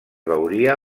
veuria